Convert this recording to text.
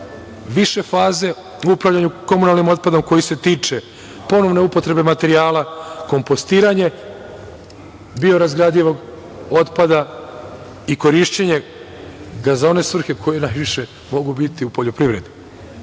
više faze u upravljanju komunalnim otpadom koji se tiče ponovne upotrebe materijala, kompostiranje biorazgradivog otpada i korišćenje za one svrhe koje najviše mogu biti u poljoprivredi,